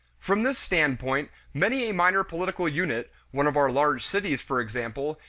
from this standpoint, many a minor political unit, one of our large cities, for example,